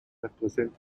represent